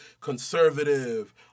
conservative